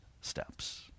steps